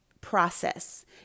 process